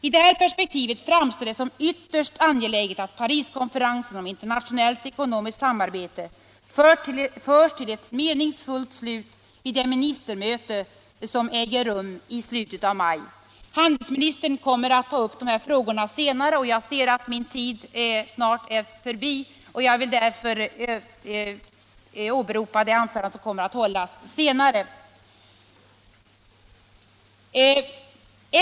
I detta perspektiv framstår det som ytterst angeläget att Pariskonferensen om internationellt ekonomiskt samarbete förs till ett meningsfyllt slut vid det ministermöte som äger rum i slutet av maj. Handelsministern kommer att ta upp de här frågorna. Jag ser att min tid snart är slut, och jag vill därför hänvisa till det anförande han kommer att hålla senare.